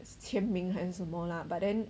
签名还是什么啦 but then